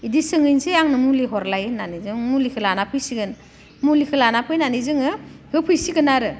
बिदि सोंहैनोसै आंनो मुलि हरलाय होननानै जों मुलिखौ लाना फैसिगोन मुलिखौ लानानै फैसिगोन मुलिखौ लानानै फैनानै जोङो होफैसिगोन आरो